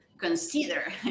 consider